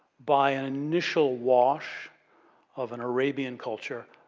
by an initial wash of an arabian culture,